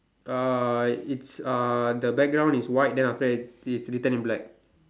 uh it's uh the background is white then after that it's written in black